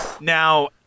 Now